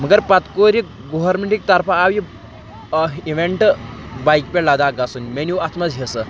مگر پَتہٕ کوٚر یہِ گورمٮ۪نٛٹٕکۍ طرفہٕ آو یہِ اِوٮ۪نٛٹہٕ بایکہِ پٮ۪ٹھ لَداخ گژھُن مےٚ نِیِو اَتھ منٛز حِصہٕ